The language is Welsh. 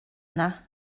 yna